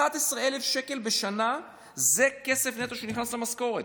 11,000 בשנה זה כסף נטו שנכנס למשכורת.